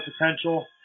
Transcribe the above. potential